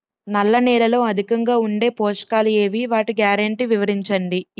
నల్ల నేలలో అధికంగా ఉండే పోషకాలు ఏవి? వాటి గ్యారంటీ వివరించండి?